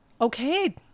okay